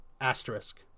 asterisk